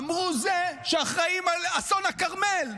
אמרו אלה שאחראים על אסון הכרמל,